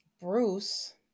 Bruce